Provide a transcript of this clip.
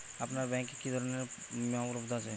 আপনার ব্যাঙ্ক এ কি কি ধরনের বিমা উপলব্ধ আছে?